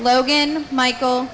logan michael